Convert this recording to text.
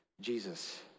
Jesus